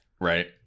Right